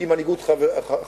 עם מנהיגות חרדית,